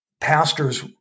pastors